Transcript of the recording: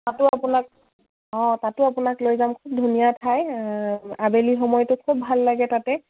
তাতো আপোনাক অঁ তাতো আপোনাক লৈ যাম খুব ধুনীয়া ঠাই আবেলি সময়টো খুব ভাল লাগে তাতে